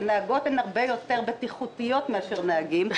שנהגות הן הרבה יותר בטיחותיות מאשר נהגים.